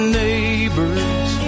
neighbors